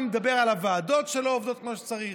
מי מדבר על הוועדות שלא עובדות כמו שצריך,